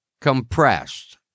compressed